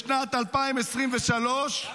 בשנת 2023,